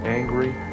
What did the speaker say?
angry